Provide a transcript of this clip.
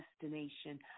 destination